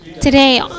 today